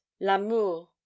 l'amour